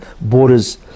borders